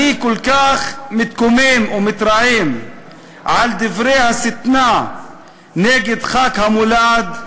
אני כל כך מתקומם ומתרעם על דברי השטנה נגד חג המולד,